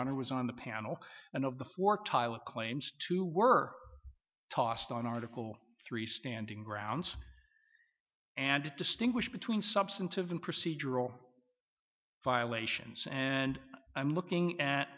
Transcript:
honor was on the panel and of the four tyla claims to were tossed on article three standing grounds and distinguish between substantive and procedural violations and i'm